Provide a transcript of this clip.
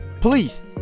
please